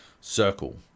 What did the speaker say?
circle